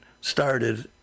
started